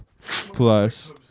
plus